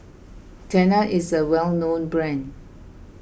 Tena is a well known brand